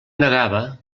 negava